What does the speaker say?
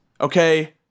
okay